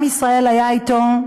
עם ישראל היה אתו,